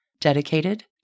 dedicated